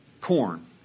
Corn